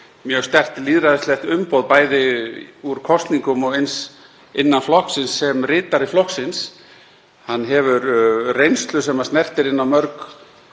mjög sterkt lýðræðislegt umboð, bæði úr kosningum og eins innan flokksins sem ritari flokksins. Hann hefur reynslu sem snertir margra